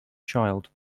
child